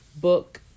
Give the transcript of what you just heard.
book